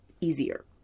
easier